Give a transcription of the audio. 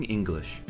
English